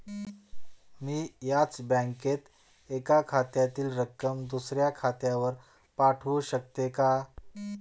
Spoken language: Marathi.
मी याच बँकेत एका खात्यातील रक्कम दुसऱ्या खात्यावर पाठवू शकते का?